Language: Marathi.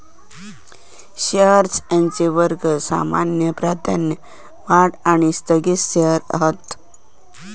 शेअर्स यांचे वर्ग सामान्य, प्राधान्य, वाढ आणि स्थगित शेअर्स हत